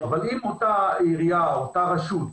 אבל אם אותה עירייה, אותה רשות,